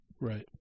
Right